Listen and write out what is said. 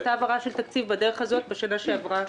הייתה העברה של התקציב בדרך הזאת בשנה שעברה,